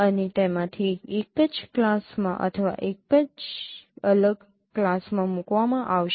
અને તેમાંથી એક જ ક્લાસમાં અથવા એક અલગ ક્લાસમાં મૂકવામાં આવશે